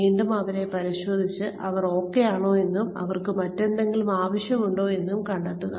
വീണ്ടും അവരെ പരിശോധിച്ച് അവർ ഓക്കെ ആണോ എന്നും അവർക്ക് മറ്റെന്തെങ്കിലും ആവശ്യമുണ്ടോ എന്നും കണ്ടെത്തുക